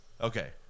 Okay